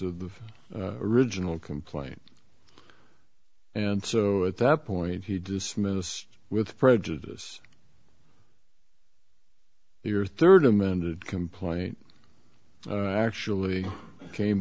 of the original complaint and so at that point he dismissed with prejudice your third amended complaint actually came